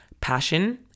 passion